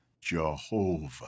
Jehovah